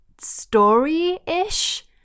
story-ish